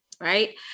right